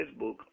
Facebook